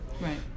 Right